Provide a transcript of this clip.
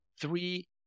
three